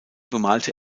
bemalte